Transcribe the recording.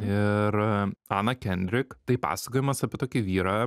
ir ana kendrik tai pasakojimas apie tokį vyrą